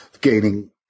gaining –